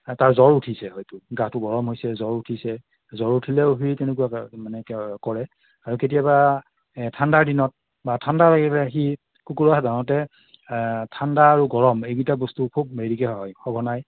তাৰ জ্বৰ উঠিছে হয়তো গাটো গৰম হৈছে জ্বৰ উঠিছে জ্বৰ উঠিলেও সি তেনেকুৱা মানে কৰে আৰু কেতিয়াবা ঠাণ্ডাৰ দিনত বা ঠাণ্ডা লাগিলে সি কুকুৰৰ সাধাৰণতে ঠাণ্ডা আৰু গৰম এইগিটা বস্তু খুব হেৰিকে হয় সঘনাই